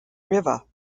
river